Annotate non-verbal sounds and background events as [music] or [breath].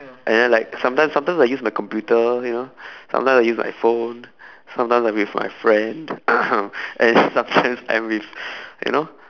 and then like sometimes sometimes I use my computer you know [breath] sometimes I use my phone sometimes I'm with my friend [coughs] and [laughs] sometimes I'm with [breath] you know